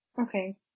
Okay